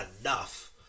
enough